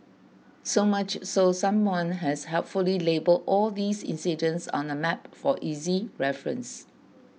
so much so someone has helpfully labelled all these incidents on a map for easy reference